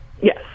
Yes